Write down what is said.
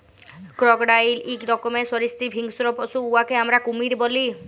crocodile ইক রকমের সরীসৃপ হিংস্র পশু উয়াকে আমরা কুমির ব্যলি